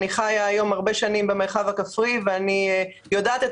אני חיה היום הרבה שנים במרחב הכפרי ואני יודעת את